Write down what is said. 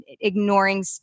ignoring